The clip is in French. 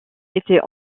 étaient